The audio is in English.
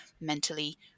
mentally